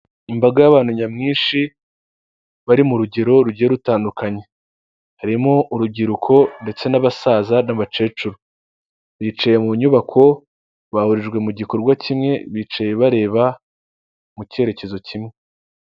Imbaga y'abantu nyamwinshi bari mu rugero rugiye rutandukanye, harimo urubyiruko ndetse n'abasaza n'abakecuru, bicaye mu nyubako bahurijwe mu gikorwa kimwe bicaye bareba mu cyerekezo kimwe.